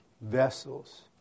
vessels